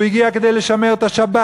הוא הגיע כדי לשמר את השבת,